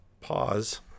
pause